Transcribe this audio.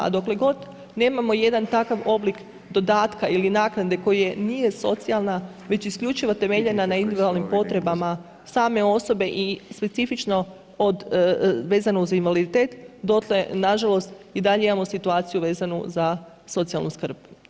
A dokle god nemamo jedan takav oblik dodatka ili naknade koji nije socijalna, već isključivo temeljena na individualnim potrebama same osobe i specifično vezano uz invaliditet, dotle nažalost i dalje imamo situaciju vezanu za socijalnu skrb.